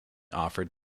offered